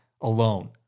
alone